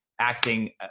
acting